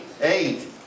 Eight